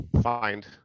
find